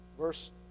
verse